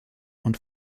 und